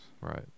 Right